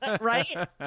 right